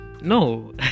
No